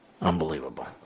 Unbelievable